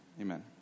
amen